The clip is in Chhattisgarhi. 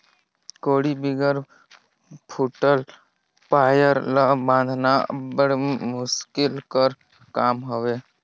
कोड़ी बिगर फूटल पाएर ल बाधना अब्बड़ मुसकिल कर काम हवे